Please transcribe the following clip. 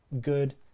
good